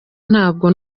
ntabwo